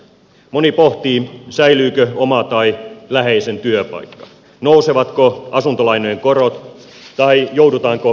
moni pohtii säilyykö oma tai läheisen työpaikka nousevatko asuntolainojen korot tai joudutaanko hyvinvointipalveluista leikkaamaan